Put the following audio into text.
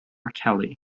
kelly